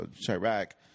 Chirac